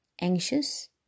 anxious